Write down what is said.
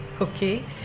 okay